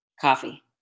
Coffee